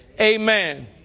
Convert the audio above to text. Amen